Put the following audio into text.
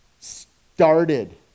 started